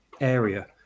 area